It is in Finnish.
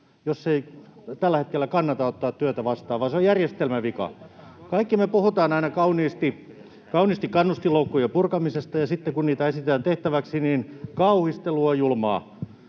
jos ei tällä hetkellä kannata ottaa työtä vastaan, vaan se on järjestelmän vika. Kaikki me puhutaan aina kauniisti kannustinloukkujen purkamisesta, ja sitten kun sitä esitetään tehtäväksi, niin kauhistelu on julmaa.